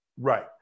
Right